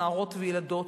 נערות וילדות,